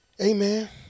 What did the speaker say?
Amen